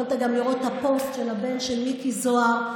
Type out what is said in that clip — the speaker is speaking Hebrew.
יכולת גם לראות את הפוסט של הבן של מיקי זוהר,